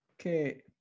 Okay